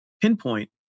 pinpoint